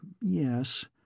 yes